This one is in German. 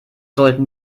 sollten